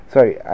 Sorry